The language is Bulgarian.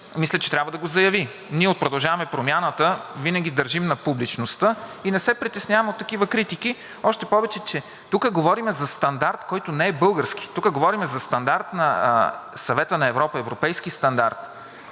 мисля, че трябва да го заяви. Ние от „Продължаваме Промяната“ винаги държим на публичността и не се притесняваме от такива критики. Още повече, че тук говорим за стандарт, който не е български. Тук говорим за стандарт на Съвета на Европа – европейски стандарт,